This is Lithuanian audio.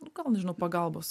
gal nežinau pagalbos